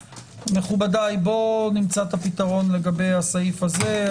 מכובדיי, נמצא את הפתרון לגבי הסעיף הזה.